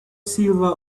silver